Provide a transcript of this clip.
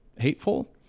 hateful